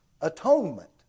atonement